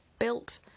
built